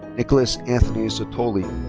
nicholas anthony zottoli.